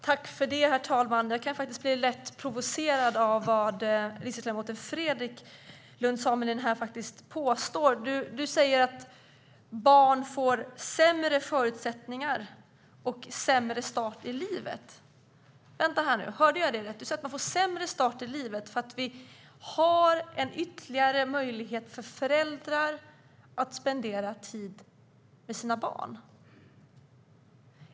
Herr talman! Jag kan faktiskt bli lätt provocerad av vad riksdagsledamoten Fredrik Lundh Sammeli påstår. Han säger att vårdnadsbidraget ger barn sämre förutsättningar och en sämre start i livet. Vänta här nu! Hörde jag rätt, Fredrik Lundh Sammeli? Sa du att man får en sämre start i livet för att vi har en ytterligare möjlighet för föräldrar att tillbringa tid med sina barn?